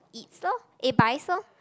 eats lor eh buys lor